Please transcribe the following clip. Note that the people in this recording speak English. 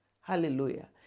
Hallelujah